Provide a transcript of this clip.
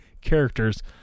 characters